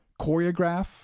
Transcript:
choreograph